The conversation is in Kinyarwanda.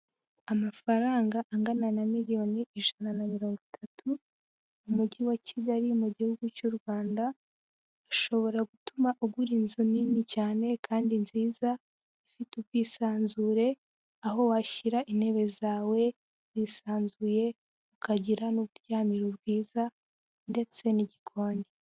Amafaranga angana na miliyoni ijana na mirongo itatu mu mujyi wa Kigali mu gihugu cy'u Rwanda, ashobora gutuma ugura inzu nini cyane kandi nziza, ifite ubwisanzure, aho washyira intebe zawe wisanzuye, ikagira n'uburyamiro bwiza ndetse n'igikoni.